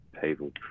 people